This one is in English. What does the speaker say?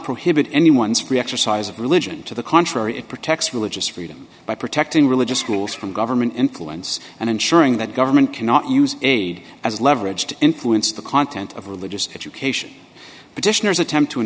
prohibit anyone's free exercise of religion to the contrary it protects religious freedom by protecting religious schools from government influence and ensuring that government cannot use aid as leverage to influence the content of religious education petitioners attempt to